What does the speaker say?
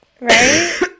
Right